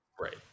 Right